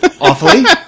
awfully